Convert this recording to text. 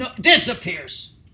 disappears